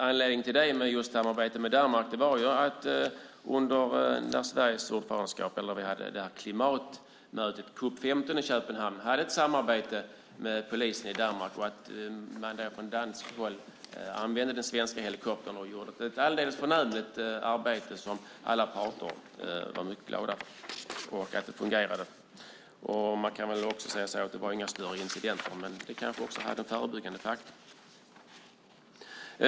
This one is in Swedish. Anledningen till att jag frågat om just ett samarbete med Danmark är att vi i samband med klimatmötet i Köpenhamn, COP 15, hade ett samarbete med polisen i Danmark. Från danskt håll använde man svensk helikopter. Det var ett alldeles förnämligt arbete som alla parter var mycket glada över. Det fungerade verkligen. Man kan i och för sig också säga att det inte förekom några större incidenter. Men kanske tjänade det hela som en förebyggande faktor.